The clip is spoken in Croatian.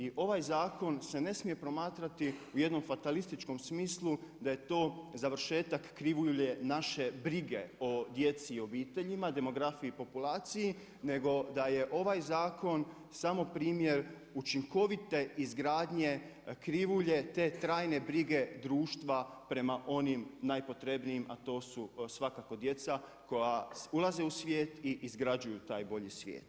I ovaj zakon se ne smije promatrati u jednom fatalističkom smislu, da je to završetak krivulje naše brige o djeci i obiteljima, demografiji i populaciji nego da je ovaj zakon samo primjer učinkovite izgradnje krivulje te trajne brige društva prema onim najpotrebnijim, a to su svakako djeca koja ulaze u svijet i izgrađuju taj bolji svijet.